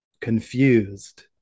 confused